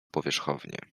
powierzchownie